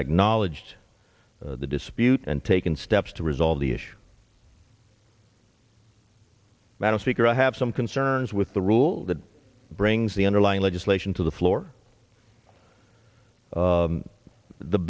acknowledged the dispute and taken steps to resolve the issue madam speaker i have some concerns with the rule that brings the underlying legislation to the floor